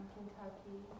Kentucky